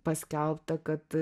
paskelbta kad